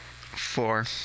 four